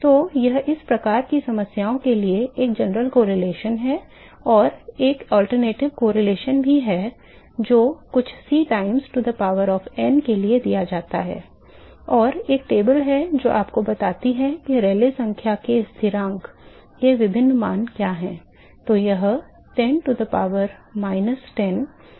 तो यह इस प्रकार की समस्याओं के लिए एक सामान्य सहसंबंध है और एक वैकल्पिक सहसंबंध भी है जो कुछ C times to the power of n के लिए दिया जाता है और एक तालिका है जो आपको बताती है कि रेले संख्या के स्थिरांक के विभिन्न मान क्या है